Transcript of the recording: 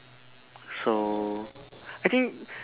so I think